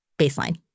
Baseline